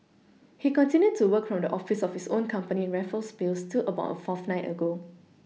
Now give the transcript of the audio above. he continued to work from the office of his own company in Raffles place till about a fortnight ago